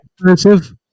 expensive